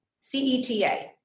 C-E-T-A